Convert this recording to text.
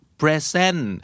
present